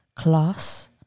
Class